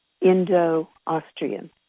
Indo-Austrian